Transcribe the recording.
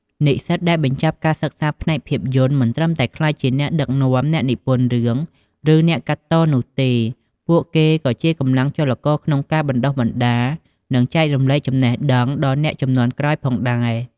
និស្សិតដែលបញ្ចប់ការសិក្សាផ្នែកភាពយន្ត មិនត្រឹមតែក្លាយជាអ្នកដឹកនាំ អ្នកនិពន្ធរឿង ឬអ្នកកាត់តនោះទេ ពួកគេក៏ជាកម្លាំងចលករក្នុងការបណ្តុះបណ្តាល និងចែករំលែកចំណេះដឹងដល់អ្នកជំនាន់ក្រោយផងដែរ។